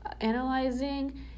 analyzing